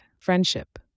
friendship